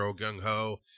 gung-ho